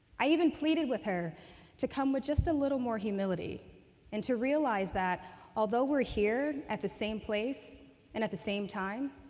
i even pleaded with her to come with just a little more humility and to realize that although we're here at the same place and at the same time,